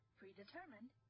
predetermined